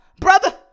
Brother